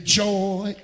joy